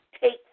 take